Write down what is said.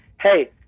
hey